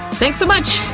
thanks so much,